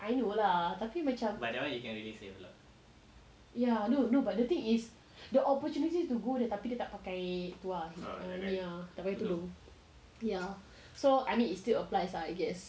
I know lah tapi macam ya no no but the thing is the opportunity to go tapi dia tak pakai tu ah ni ah tak pakai tudung ya so I mean it still applies lah I guess